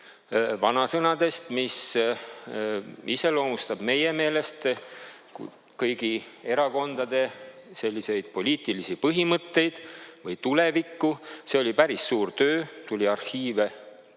vanasõnadest, mis iseloomustavad meie meelest kõigi erakondade selliseid poliitilisi põhimõtteid või tulevikku. See oli päris suur töö, tuli arhiive läbi